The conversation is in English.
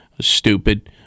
Stupid